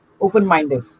open-minded